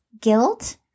guilt